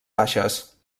baixes